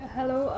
Hello